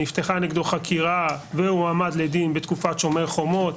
נפתחה נגדו חקירה והוא הועמד לדין בתקופת שומר חומות.